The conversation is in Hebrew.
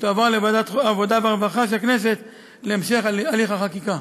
תועבר לוועדת העבודה והרווחה של הכנסת להמשך הליך החקיקה.